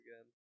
again